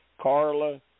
Carla